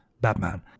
Batman